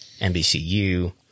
NBCU